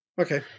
Okay